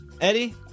Eddie